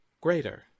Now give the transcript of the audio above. greater